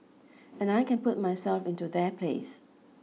and I can put myself into their place